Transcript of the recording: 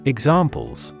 Examples